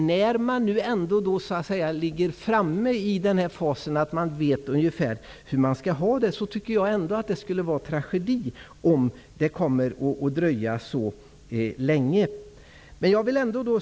När man nu ändå ligger så långt framme att man ungefär vet hur man skall ha det, tycker jag att det skulle vara en tragedi om det kommer att dröja så länge.